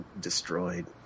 destroyed